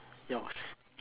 yours